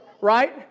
right